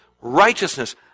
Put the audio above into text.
righteousness